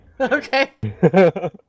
Okay